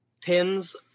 pins